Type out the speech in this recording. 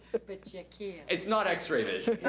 but ya can't. it's not x-ray vision.